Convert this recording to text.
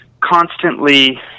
constantly